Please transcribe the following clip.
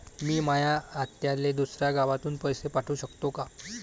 मी माया आत्याले दुसऱ्या गावातून पैसे पाठू शकतो का?